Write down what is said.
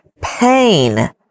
pain